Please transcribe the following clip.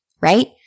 right